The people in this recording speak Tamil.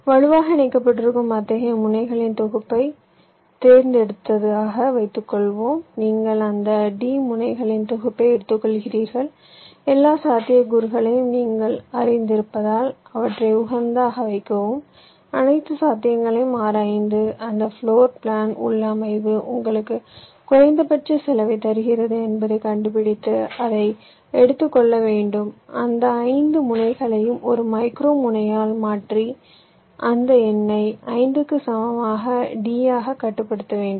வலுவாக இணைக்கப்பட்டிருக்கும் அத்தகைய முனைகளின் தொகுப்பை தேர்ந்தெடுத்ததாக வைத்துக்கொள்வோம் நீங்கள் அந்த d முனைகளின் தொகுப்பை எடுத்துக்கொள்கிறீர்கள் எல்லா சாத்தியக்கூறுகளையும் நீங்கள் அறிந்திருப்பதால் அவற்றை உகந்ததாக வைக்கவும் அனைத்து சாத்தியங்களையும் ஆராய்ந்து எந்த ப்ளோர் பிளான் உள்ளமைவு உங்களுக்கு குறைந்தபட்ச செலவைத் தருகிறது என்பதைக் கண்டுபிடித்து அதை எடுத்துக்கொள்ள வேண்டும் அந்த ஐந்து முனைகளையும் ஒரு மைக்ரோ முனையால் மாற்றி அந்த எண்ணை 5 க்கு சமமாக d ஆக கட்டுப்படுத்த வேண்டும்